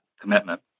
commitment